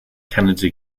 canada